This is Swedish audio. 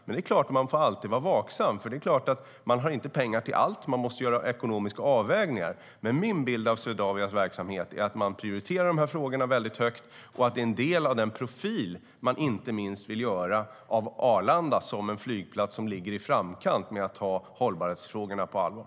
Men det är klart att man alltid får vara vaksam, för det finns inte pengar till allt och man måste göra ekonomiska avvägningar. Men min bild av Swedavias verksamhet är att man prioriterar de här frågorna högt och att det är en del av den profil man vill att inte minst Arlanda ska ha som en flygplats som ligger i framkant när det gäller att ta hållbarhetsfrågorna på allvar.